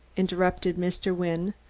interrupted mr. wynne.